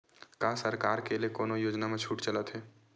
का सरकार के ले कोनो योजना म छुट चलत हे?